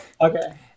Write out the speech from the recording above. Okay